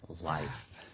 Life